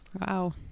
Wow